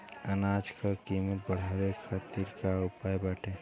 अनाज क कीमत बढ़ावे खातिर का उपाय बाटे?